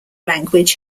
language